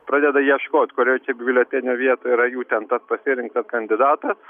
pradeda ieškot kurioj čia biuletenio vietoj yra jų ten tas pasirinktas kandidatas